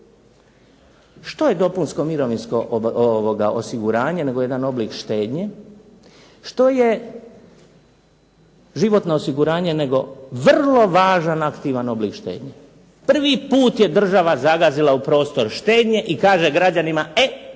Što je dopunsko mirovinsko osiguranje nego jedan oblik štednje, što je životno osiguranje nego vrlo važan aktivan oblik štednje. Prvi put je država zagazila u prostor štednje i kaže građanima, to